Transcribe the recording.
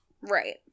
Right